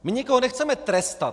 My nikoho nechceme trestat.